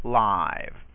live